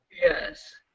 Yes